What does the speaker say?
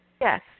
Yes